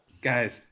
guys